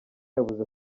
yavuze